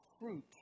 fruit